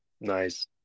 Nice